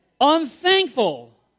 unthankful